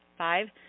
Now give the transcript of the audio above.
Five